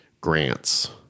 grants